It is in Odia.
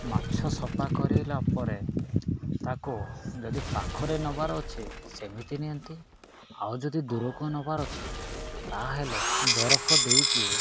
ମାଛ ସଫା କରିଲା ପରେ ତାକୁ ଯଦି ପାଖରେ ନେବାର ଅଛି ସେମିତି ନିଅନ୍ତି ଆଉ ଯଦି ଦୂରକୁ ନେବାର ଅଛି ତାହେଲେ ବରଫ ଦେଇକି